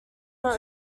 not